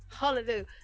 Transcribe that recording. Hallelujah